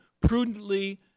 prudently